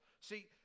See